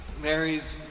Mary's